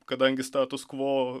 kadangi status kvo